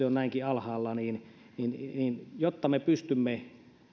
on näinkin alhaalla kuin valitettavasti näyttää niin jotta me pystymme